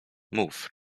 mów